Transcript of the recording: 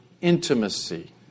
intimacy